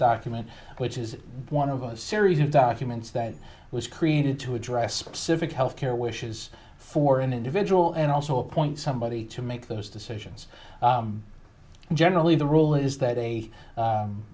document which is one of those series of documents that was created to address specific health care wishes for an individual and also appoint somebody to make those decisions and generally the rule is that